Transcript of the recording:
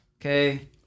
Okay